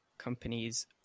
companies